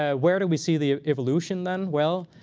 ah where do we see the evolution then? well,